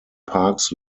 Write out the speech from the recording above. parks